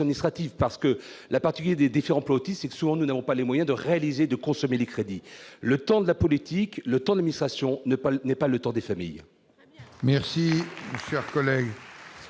: la particularité des différents plans Autisme est que, souvent, nous n'avons pas les moyens de consommer les crédits. Le temps de la politique et de l'administration n'est pas le temps des familles.